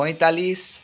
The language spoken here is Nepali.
पैँतालिस